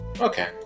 Okay